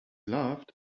loved